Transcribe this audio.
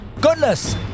Goodness